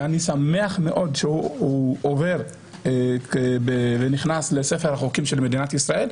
ואני שמח מאוד שהוא נכנס לספר החוקים של מדינת ישראל.